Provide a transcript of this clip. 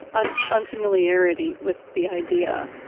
ah unfamiliarity with the idea,